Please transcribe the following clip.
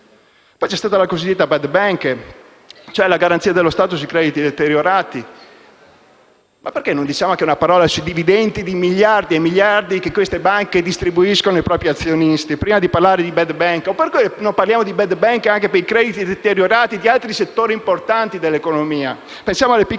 Poi c'è stata la cosiddetta *bad bank*, cioè la garanzia dello Stato sui crediti deteriorati. Ma perché non diciamo anche una parola sui dividendi di miliardi e miliardi che queste banche distribuiscono ai propri azionisti, prima di parlare di *bad bank*? E perché non parliamo di *bad bank* anche per i crediti deteriorati di altri settori importanti dell'economia? Pensiamo alle piccole